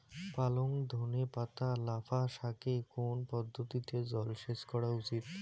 পালং ধনে পাতা লাফা শাকে কোন পদ্ধতিতে জল সেচ করা উচিৎ?